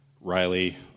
Riley